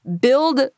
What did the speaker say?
build